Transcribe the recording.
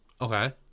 Okay